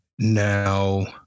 Now